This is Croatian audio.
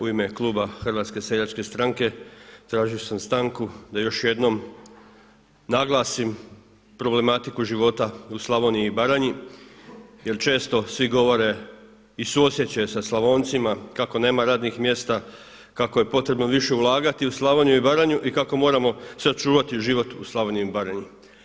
U ime klub HSS-a tražio sam stanku da još jednom naglasim problematiku života u Slavoniji i Baranji jer često svi govore i suosjećaju sa Slavoncima kako nema radnih mjesta, kako je potrebno više ulagati u Slavoniju i Baranju i kako moramo sačuvati život u Slavoniji i Baranji.